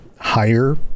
higher